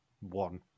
one